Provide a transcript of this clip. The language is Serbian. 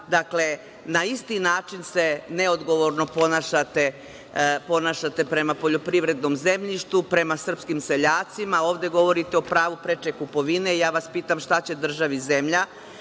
Dakle, na isti način se neodgovorno ponašate prema poljoprivrednom zemljištu, prema srpskim seljacima. Ovde govorite o pravu preče kupovine i ja vas pitam šta će državi zemlja?